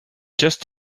just